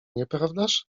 nieprawdaż